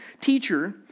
Teacher